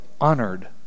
honored